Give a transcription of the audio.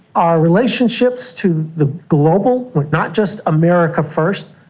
our relationships to the global but not just america first,